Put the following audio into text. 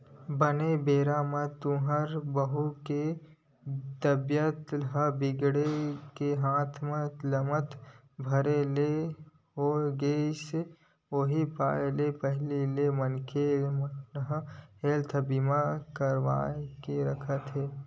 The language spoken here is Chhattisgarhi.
बने बेरा म तुँहर बहू के तबीयत ह बिगड़ गे हाथ लमात भर ले हो गेस उहीं पाय के पहिली ले मनखे मन हेल्थ बीमा करवा के रखत हे